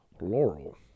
Laurel